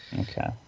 okay